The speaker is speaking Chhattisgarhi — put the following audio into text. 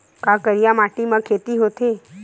का करिया माटी म खेती होथे?